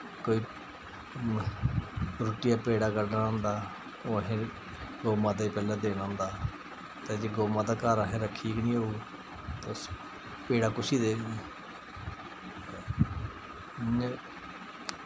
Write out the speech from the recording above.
कोई रुट्टिया दा पेड़ा कड्ढना होंदा ओह् असें गौ माता गी पैहलें देना होंदा ते जे गौ माता असें घर रक्खी दी निं होग ते पेड़ा कुसी देग इ'यां गै